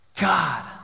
God